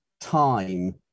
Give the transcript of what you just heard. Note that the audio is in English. time